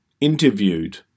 interviewed